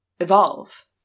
evolve